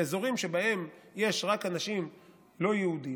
באזורים שבהם יש רק אנשים לא יהודים,